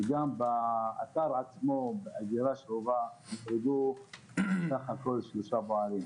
באותו אתר עצמו נפטרו בסך הכול שלושה פועלים.